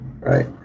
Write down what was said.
right